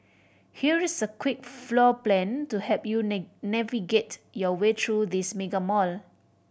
here's a quick floor plan to help you navigate your way through this mega mall